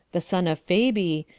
the son of fabus.